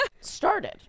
started